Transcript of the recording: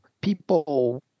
people